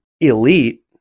elite